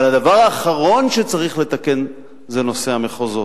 אבל הדבר האחרון שצריך לתקן זה נושא המחוזות.